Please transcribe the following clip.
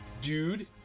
Dude